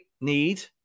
need